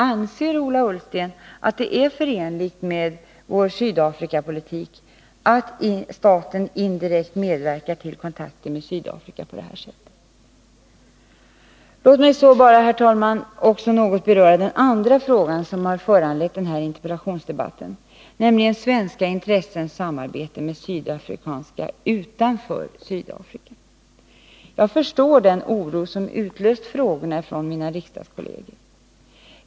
Anser Ola Ullsten att det är förenligt med vår Sydafrikapolitik att staten indirekt medverkar till kontakterna med Sydafrika på det här sättet? Låt mig så bara, herr talman, något beröra den andra frågan som föranlett den här interpellationsdebatten, nämligen frågan om svenska intressens samarbete med sydafrikanska utanför Sydafrika. Jag förstår den oro som utlöst frågorna från mina riksdagskolleger.